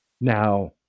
Now